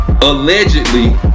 Allegedly